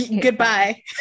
goodbye